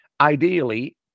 ideally